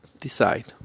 decide